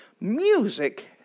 Music